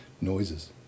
noises